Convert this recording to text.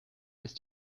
ist